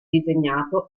disegnato